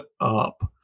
up